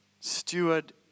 steward